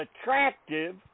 attractive